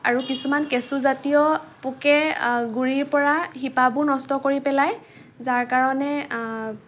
আৰু কিছুমান কেঁচুজাতীয় পোকে গুৰিৰ পৰা শিপাবোৰ নষ্ট কৰি পেলায় যাৰ কাৰণে